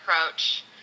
approach